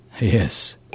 yes